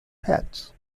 pets